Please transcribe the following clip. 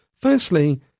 Firstly